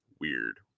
weird